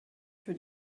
für